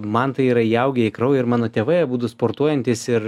man tai yra įaugę į kraują ir mano tėvai abudu sportuojantys ir